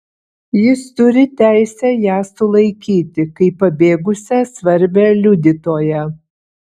jis turi teisę ją sulaikyti kaip pabėgusią svarbią liudytoją